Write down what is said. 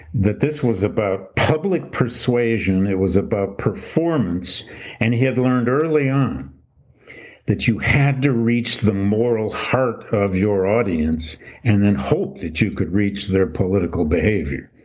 that this was about public persuasion. it was about performance and he had learned early on that you had to reach the moral heart of your audience and then hope that you could reach their political behavior,